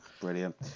brilliant